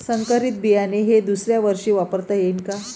संकरीत बियाणे हे दुसऱ्यावर्षी वापरता येईन का?